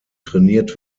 trainiert